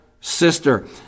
sister